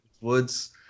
Woods